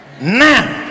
now